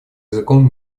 языком